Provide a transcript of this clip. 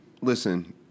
Listen